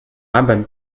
版本